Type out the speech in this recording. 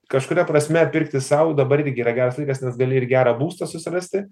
kažkuria prasme pirkti sau dabar irgi yra geras laikas nes gali ir gerą būstą susirasti